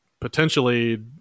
potentially